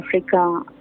Africa